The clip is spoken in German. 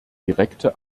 direkte